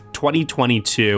2022